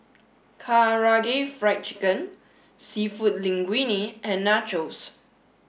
Karaage fried chicken seafood Linguine and Nachos